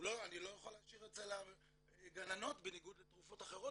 אני לא יכול להשאיר אצל הגננות בניגוד לתרופות אחרות